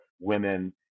women